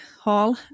Hall